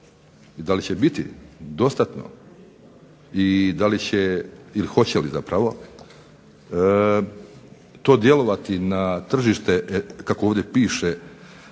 da li će biti dostatno i da li će ili hoće li zapravo to djelovati na tržište, kako ovdje piše